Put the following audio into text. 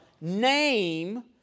name